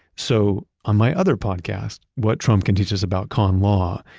so on my other podcast, what trump can teach us about con law,